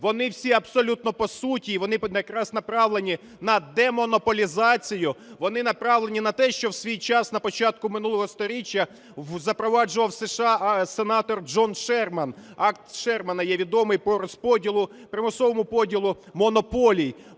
Вони всі абсолютно по суті і вони якраз направлені на демонополізацію, вони направлені на те, що в свій час на початку минулого сторіччя запроваджував в США сенатор Джон Шерман, Акт Шермана є відомий по розподілу, примусовому поділу монополій.